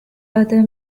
other